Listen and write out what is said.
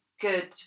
good